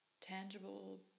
tangible